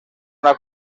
una